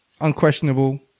unquestionable